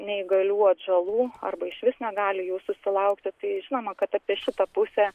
neįgalių atžalų arba išvis negali jų susilaukti tai žinoma kad apie šitą pusę